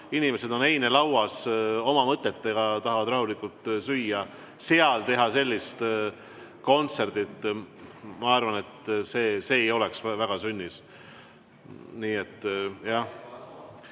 inimesed on einelauas oma mõtetega ja tahavad rahulikult süüa. Teha seal sellist kontserti, ma arvan, ei oleks väga sünnis.